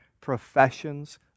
professions